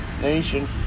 nation